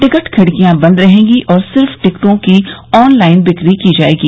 ticket खिड़कियां बंद रहेंगी और सिर्फ टिकटों की ऑनलाइन बिक्री की जाएगी